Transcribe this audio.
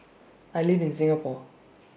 I live in Singapore